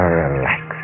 relax